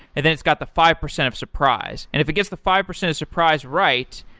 and then, it's got the five percent of surprise. and if it gets the five percent of surprise right,